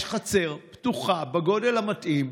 יש חצר פתוחה בגודל המתאים,